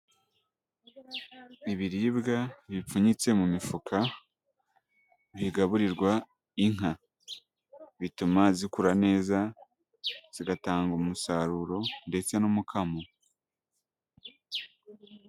Ibiribwa bipfunyitse mu mifuka, bigaburirwa inka, bituma zikura neza, zigatanga umusaruro ndetse n'umukamo.